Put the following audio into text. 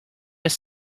have